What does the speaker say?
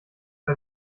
bei